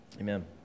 Amen